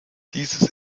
dieses